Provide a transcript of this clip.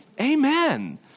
Amen